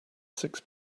six